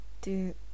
Do-